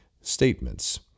statements